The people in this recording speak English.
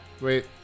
Wait